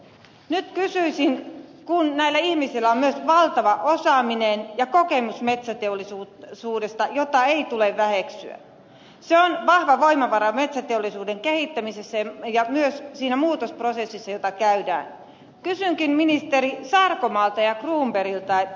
kun näillä ihmisillä on myös valtava osaaminen ja kokemus metsäteollisuudesta jota ei tule väheksyä se on vahva voimavara metsäteollisuuden kehittämisessä ja myös siinä muutosprosessissa jota käydään niin kysynkin ministereiltä sarkomaalta ja cronbergilta